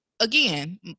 again